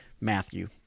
Matthew